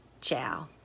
Ciao